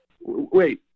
Wait